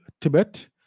Tibet